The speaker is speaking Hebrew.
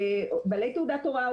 בעלי תעודת הוראה,